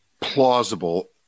plausible